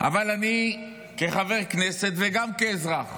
אבל אני כחבר כנסת וגם כאזרח